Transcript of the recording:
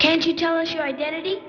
can't you tell us your identity